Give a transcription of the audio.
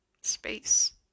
space